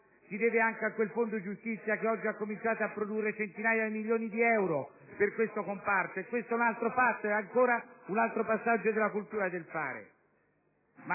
si deve anche a quel Fondo giustizia che oggi ha cominciato a produrre centinaia di milioni di euro per questo comparto. Questo è un altro fatto e, ancora, un altro passaggio della cultura del fare.